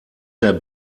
der